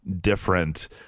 different